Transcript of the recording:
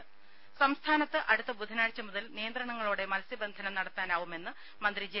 ദേദ സംസ്ഥാനത്ത് അടുത്ത ബുധനാഴ്ച മുതൽ നിയന്ത്രണങ്ങളോടെ മത്സ്യബന്ധനം നടത്താനാവുമെന്ന് മന്ത്രി ജെ